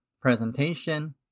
presentation